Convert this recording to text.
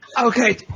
Okay